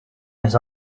this